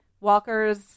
walkers